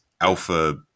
alpha